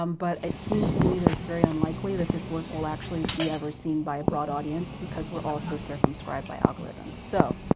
um but it seems to me that it's very unlikely that this work will actually be ever seen by a broad audience because we're all so circumscribed by algorithms. so,